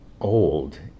old